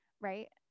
right